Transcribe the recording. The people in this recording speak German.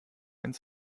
ins